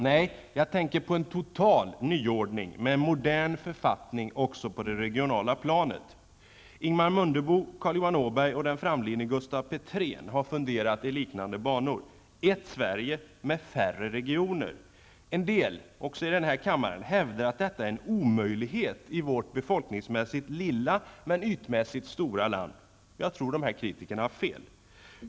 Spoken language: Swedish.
Nej, jag tänker på en total nyordning med en modern författning också på det regionala planet. Ingemar Mundebo, Carl Johan Åberg och den framlidne Gustaf Petrén har funderat i liknande banor -- ett Sverige med färre regioner. En del, också i den här kammaren, hävdar att detta är en omöjlighet i vårt befolkningsmässigt lilla men ytmässigt stora land. Jag tror dessa kritiker har fel.